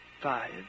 Five